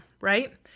right